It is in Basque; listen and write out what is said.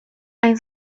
hain